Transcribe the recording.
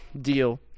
deal